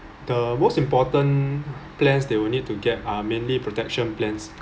the most important plans they will need to get are mainly protection plans